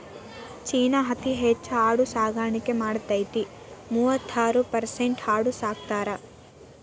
ಚೇನಾ ಅತೇ ಹೆಚ್ ಆಡು ಸಾಕಾಣಿಕೆ ಮಾಡತತಿ, ಮೂವತ್ತೈರ ಪರಸೆಂಟ್ ಆಡು ಸಾಕತಾರ